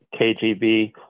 KGB